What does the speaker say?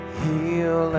heal